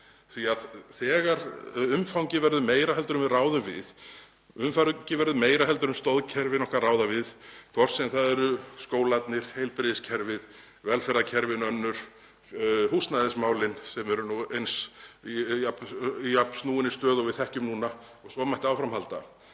Þegar umfangið verður meira en við ráðum við, þegar umfangið verður meira en stoðkerfin okkar ráða við, hvort sem það eru skólarnir, heilbrigðiskerfið, velferðarkerfin önnur, húsnæðismálin sem eru nú í jafn snúinni stöðu og við þekkjum og svo mætti áfram halda